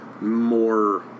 more